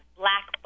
black